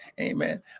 Amen